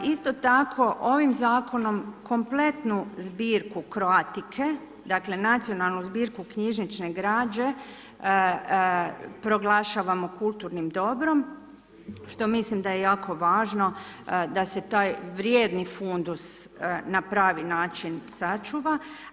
Isto tako ovim zakonom kompletnu zbirku Croatica, dakle nacionalnu zbirku knjižnične građe proglašavamo kulturnim dobrom što mislim da je jako važno da se taj vrijedni fundus na pravi način sačuva.